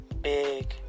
big